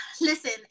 Listen